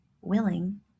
willing